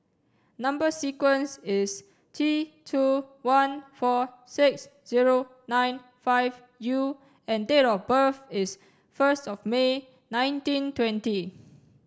number sequence is T two one four six zero nine five U and date of birth is first of May nineteen twenty